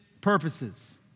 purposes